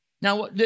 Now